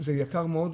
זה יקר מאוד.